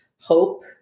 hope